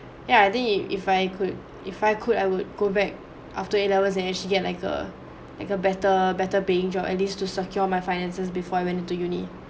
ya I think if I could if I could I would go back after A levels and actually get like a like a better better paying job at least to secure my finances before I went to uni